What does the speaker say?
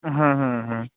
হুম হুম হুম